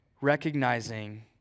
recognizing